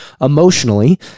emotionally